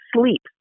sleep